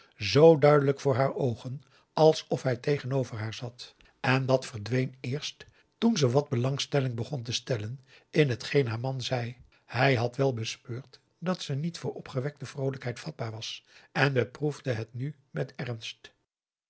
maurits duidelijk voor haar oogen alsof hij tegenover haar zat en dat verdween eerst toen ze wat belangstelling begon te stellen in hetgeen haar man zei hij had wel bespeurd dat ze niet voor opgewekte vroolijkheid vatbaar was en beproefde het nu met ernst